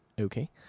okay